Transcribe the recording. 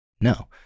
no